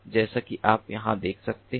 तो जैसा कि आप यहाँ देख सकते हैं